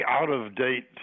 out-of-date